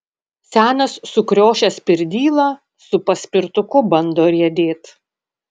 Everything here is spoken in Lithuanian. senas sukriošęs pirdyla su paspirtuku bando riedėt